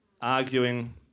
arguing